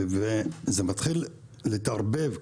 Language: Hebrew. זה מתחיל להתערבב,